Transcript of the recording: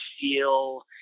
feel